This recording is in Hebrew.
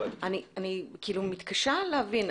אני מתקשה להבין.